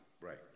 Right